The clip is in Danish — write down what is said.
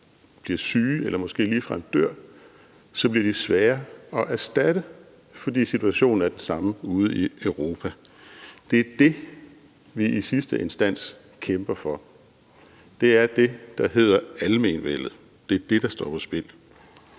bliver syge eller måske ligefrem dør, så bliver de svære at erstatte, fordi situationen er den samme ude i Europa. Det er det, vi i sidste instans kæmper for; det er det, der hedder almenvellet – det er det, der står på spil.